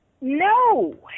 No